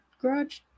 garage